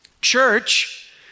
Church